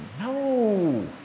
no